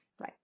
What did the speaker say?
Right